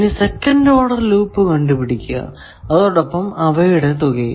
ഇനി second order loop കണ്ടു പിടിക്കുക അതോടൊപ്പം അവയുടെ തുകയും